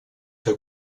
que